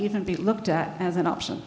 even be looked at as an option